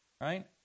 right